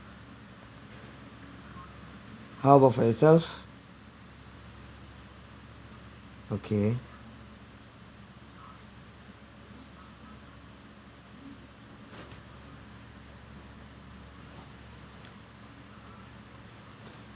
how about for yourself okay